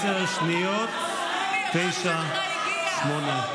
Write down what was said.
עשר שניות, תשע, שמונה,